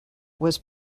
was